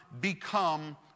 become